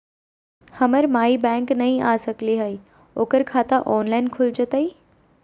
हमर माई बैंक नई आ सकली हई, ओकर खाता ऑनलाइन खुल जयतई?